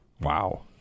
Wow